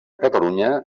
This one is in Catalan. catalunya